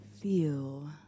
feel